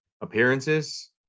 Appearances